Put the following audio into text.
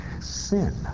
sin